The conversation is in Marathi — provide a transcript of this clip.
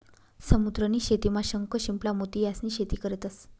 समुद्र नी शेतीमा शंख, शिंपला, मोती यास्नी शेती करतंस